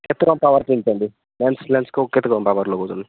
କେତେ କ'ଣ ପାୱାର୍ ପିନ୍ଧୁଛନ୍ତି ଲେନ୍ସ୍ ଲେନ୍ସ୍ କେତେ କ'ଣ ପାୱାର୍ ଲଗାଉଛନ୍ତି